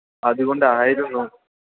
അതുകൊണ്ടായിരുന്നു